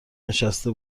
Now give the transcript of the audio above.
نشسته